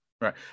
Right